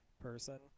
person